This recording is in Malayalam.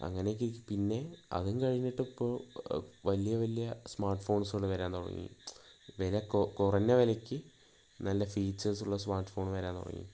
അങ്ങനെയൊക്കെ ഇത് പിന്നെ അതും കഴിഞ്ഞിട്ടിപ്പോൾ വലിയ വലിയ സ്മാർട്ട് ഫോൺസുകൾ വരാൻ തുടങ്ങി വില കുറഞ്ഞ വിലയ്ക്ക് നല്ല ഫീച്ചേഴ്സ് ഉള്ള സ്മാർട്ട് ഫോൺസ് വരാൻ തുടങ്ങി